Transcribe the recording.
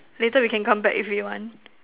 later we can come back if we want